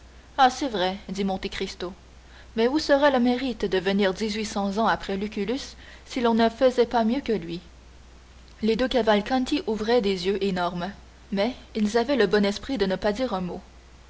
ça c'est vrai dit monte cristo mais où serait le mérite de venir dix-huit cents ans après lucullus si l'on ne faisait pas mieux que lui les deux cavalcanti ouvraient des yeux énormes mais ils avaient le bon esprit de ne pas dire un mot